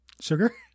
Sugar